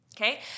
Okay